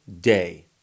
day